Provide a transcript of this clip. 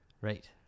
Right